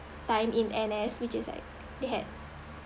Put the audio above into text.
time in N_S which is like they had